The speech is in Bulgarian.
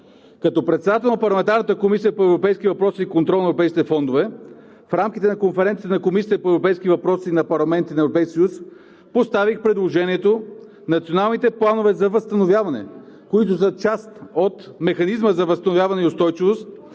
Като председател на парламентарната Комисия по европейските въпроси и контрол на европейските фондове, в рамките на Конференцията на Комисиите по европейски въпроси на парламентите на Европейския съюз поставих предложението Националните планове за възстановяване, които са част от Механизма за възстановяване и устойчивост,